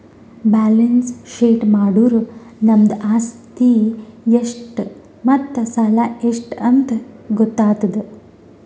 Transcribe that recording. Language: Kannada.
ಬ್ಯಾಲೆನ್ಸ್ ಶೀಟ್ ಮಾಡುರ್ ನಮ್ದು ಆಸ್ತಿ ಎಷ್ಟ್ ಮತ್ತ ಸಾಲ ಎಷ್ಟ್ ಅಂತ್ ಗೊತ್ತಾತುದ್